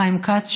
חיים כץ,